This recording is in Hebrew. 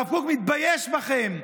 הרב קוק מתבייש בכם,